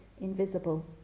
invisible